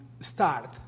start